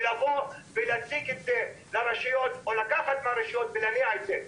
לבוא ולהציג את זה לרשויות או לקחת מהרשויות ולהניע את זה.